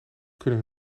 kunnen